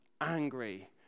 angry